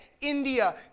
India